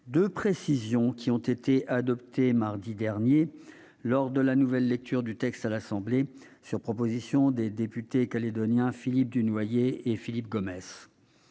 deux précisions qui ont été adoptées mardi dernier, lors de la nouvelle lecture du texte à l'Assemblée nationale, sur proposition des députés calédoniens Philippe Dunoyer et Philippe Gomès.